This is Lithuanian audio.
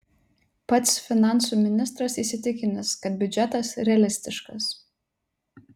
pats finansų ministras įsitikinęs kad biudžetas realistiškas